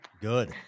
Good